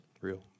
real